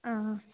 आ